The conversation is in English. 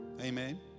Amen